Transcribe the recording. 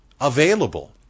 available